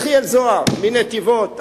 יחיאל זוהר מנתיבות.